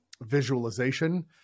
visualization